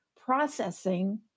processing